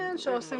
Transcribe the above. זה שאת